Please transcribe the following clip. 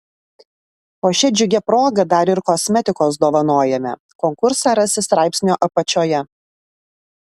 o šia džiugia proga dar ir kosmetikos dovanojame konkursą rasi straipsnio apačioje